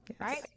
Right